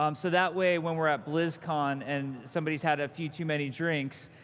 um so that way, when we're at blizzcon and somebody's had a few too many drinks,